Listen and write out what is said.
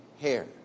hair